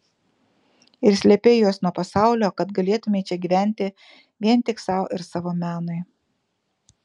ir slėpei juos nuo pasaulio kad galėtumei čia gyventi vien tik sau ir savo menui